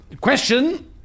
Question